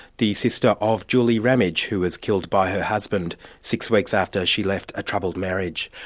the sister of julie ramage, who was killed by her husband six weeks after she left a troubled marriage.